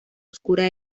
oscura